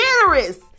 generous